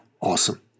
awesome